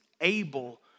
able